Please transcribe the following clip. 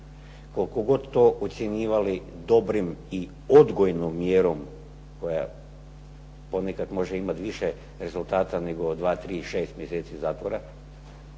koliko god to ocjenjivali dobrim i odgojnom mjerom koja ponekad može imati više rezultata od 2, 3 ili 6 mjeseci zatvora,